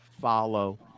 follow